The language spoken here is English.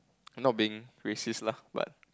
not being racist lah but